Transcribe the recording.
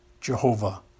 Jehovah